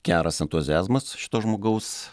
geras entuziazmas šito žmogaus